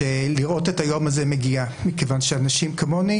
לראות את היום הזה מגיע מכיוון שאנשים כמוני